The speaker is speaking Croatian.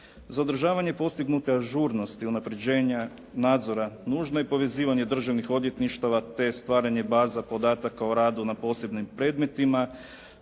Za održavanje postignute ažurnosti unapređenja nadzora nužno je povezivanje državnih odvjetništava te stvaranje baze podataka o radu na posebnim predmetima.